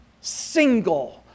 single